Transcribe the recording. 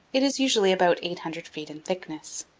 it is usually about eight hundred feet in thickness.